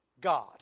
God